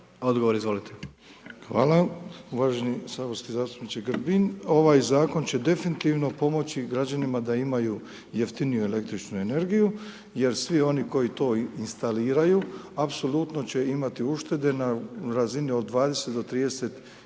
**Milatić, Ivo** Hvala uvaženi saborski zastupniče Grbin. Ovaj zakon će definitivno pomoći građanima da imaju jeftiniju električnu energiju jer svi oni koji to instaliraju apsolutno će imati uštede na razini od 20 do 30 i